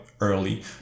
early